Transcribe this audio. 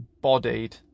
bodied